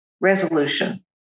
resolution